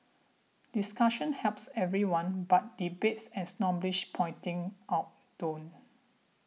discussion helps everyone but debates and snobbish pointing out don't